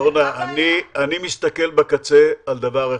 אני מסתכל בקצה על דבר אחד: